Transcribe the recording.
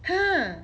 !huh!